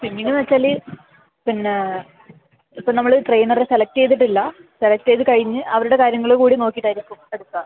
swimming എന്ന് വെച്ചാല് പിന്നെ ഇപ്പോൾ നമ്മള് ട്രെയിനറെ സെലക്ട് ചെയ്തിട്ട് ഇല്ല സെലക്ട് ചെയ്ത് കഴിഞ്ഞ് അവരുടെ കാര്യങ്ങള് കൂടി നോക്കിയിട്ട് ആയിരിക്കും എടുക്കുക